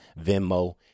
Venmo